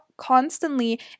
constantly